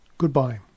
Goodbye